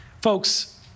Folks